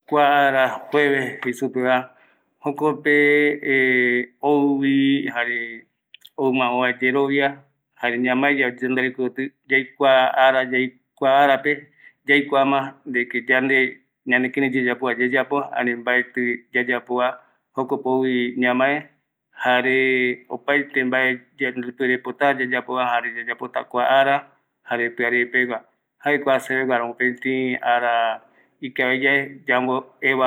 Juevere se mandua ye arakavire se mandua jaema se jaesupe tayemonde kavi jaema amonde se japatu jüva jaema serimbio amondevi joviaiva jaema jokua ndie aja jare aja iru kuti amae esa ara kavi jaema jayae aja irukoti.